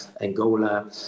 Angola